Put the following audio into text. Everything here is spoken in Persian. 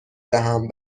دهم